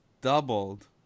doubled